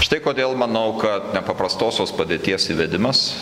štai kodėl manau kad nepaprastosios padėties įvedimas